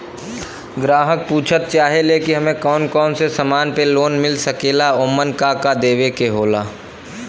ग्राहक पुछत चाहे ले की हमे कौन कोन से समान पे लोन मील सकेला ओमन का का देवे के होला?